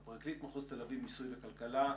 פרקליט מחוז תל אביב (מיסוי וכלכלה),